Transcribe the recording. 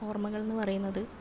ഓർമ്മകൾ എന്ന് പറയുന്നത്